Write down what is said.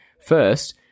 first